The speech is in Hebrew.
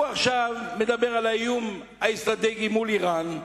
הוא מדבר על האיום האסטרטגי של אירן,